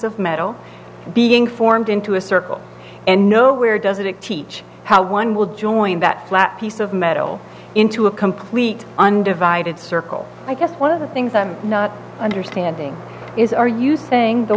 of metal being formed into a circle and nowhere does it teach how one will join that flat piece of metal into a complete undivided circle i guess one of the things i'm not understanding is are you saying the